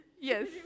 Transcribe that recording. Yes